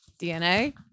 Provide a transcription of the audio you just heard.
DNA